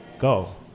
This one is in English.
go